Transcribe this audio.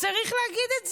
וצריך להגיד את זה,